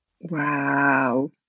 Wow